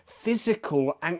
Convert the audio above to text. physical